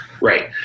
right